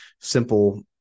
simple